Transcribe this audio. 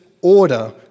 order